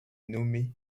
nommée